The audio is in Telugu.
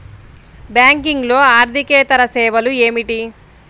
బ్యాంకింగ్లో అర్దికేతర సేవలు ఏమిటీ?